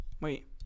wait